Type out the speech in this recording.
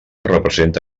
representa